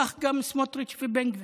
כך גם סמוטריץ' ובן גביר.